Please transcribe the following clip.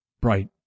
Bright